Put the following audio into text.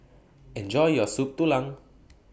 Enjoy your Soup Tulang